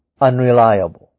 unreliable